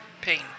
pain